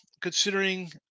considering